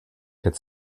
could